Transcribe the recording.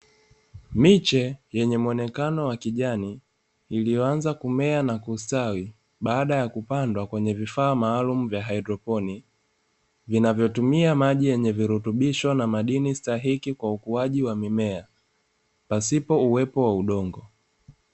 Miche yenye muonekano wa kijani iliyoanza kumea na kustawi baada kupandwa kwenye vifaa malumu vya haidroponi, vinavyotumia maji yenye virutubisho na madini stahiki kwa ukuaji wa mimea pasipo uwepo wa udongo.